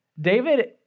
David